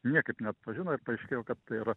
niekaip neatpažino ir paaiškėjo kad tai yra